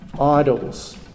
idols